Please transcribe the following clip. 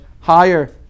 higher